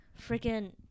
Freaking